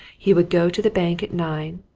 he would go to the bank at nine,